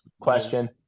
question